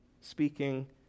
speaking